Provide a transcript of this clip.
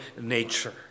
nature